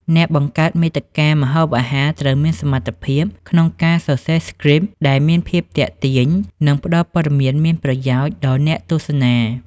អ្នកបង្កើតមាតិកាម្ហូបអាហារត្រូវមានសមត្ថភាពក្នុងការសរសេរស្គ្រីប ដែលមានភាពទាក់ទាញ និងផ្តល់ព័ត៌មានមានប្រយោជន៍ដល់អ្នកទស្សនា។